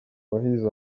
wahize